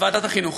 לוועדת החינוך.